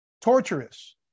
torturous